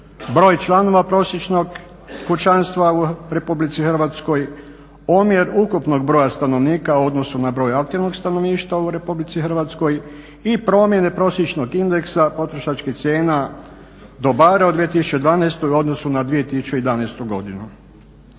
broj članova prosječnog kućanstva u RH, omjer ukupnog broja stanovnika u odnosu na broj aktivnog stanovništva u RH i promjene prosječnog indeksa potrošačkih cijena dobara u 2012. u odnosu na 2011. godinu.